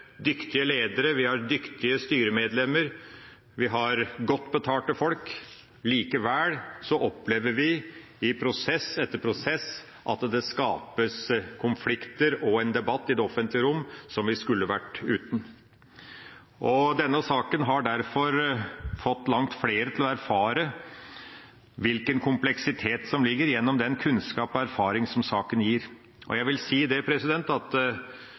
dyktige ledere, vi har dyktige styremedlemmer, vi har godt betalte folk – likevel opplever vi i prosess etter prosess at det skapes konflikter og en debatt i det offentlige rom som vi skulle vært foruten. Denne saken har derfor fått langt flere til å erfare hvilken kompleksitet som gjelder, gjennom den kunnskap og erfaring som saken gir. Jeg vil si at om vi nå har brukt en del timer her, er det